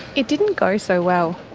it didn't go so well.